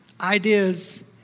ideas